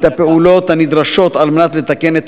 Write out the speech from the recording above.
את הפעולות הנדרשות על מנת לתקן את